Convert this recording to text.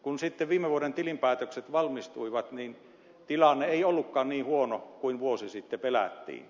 kun sitten viime vuoden tilinpäätökset valmistuivat niin tilanne ei ollutkaan niin huono kuin vuosi sitten pelättiin